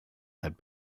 had